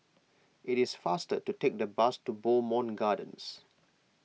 it is faster to take the bus to Bowmont Gardens